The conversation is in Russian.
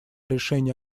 решение